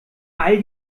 all